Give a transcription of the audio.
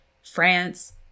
France